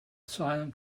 silent